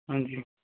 ਹਾਂਜੀ